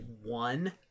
One